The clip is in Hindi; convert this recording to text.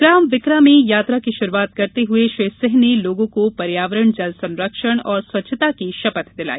ग्राम विकरा में यात्रा की शुरूआत करते हुए श्री सिंह ने लोगों को पर्यावरण जल संरक्षण और स्वछच्ता की शपथ दिलाई